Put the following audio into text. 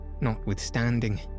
Notwithstanding